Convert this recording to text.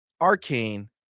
Arcane